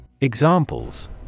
Examples